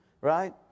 right